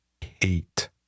hate